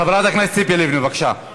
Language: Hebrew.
חברת הכנסת ציפי לבני, בבקשה.